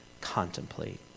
contemplate